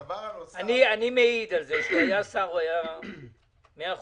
אני מעיד על כך שכאשר מאיר כהן היה שר הוא היה מאה אחוז.